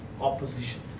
opposition